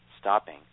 stopping